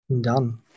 Done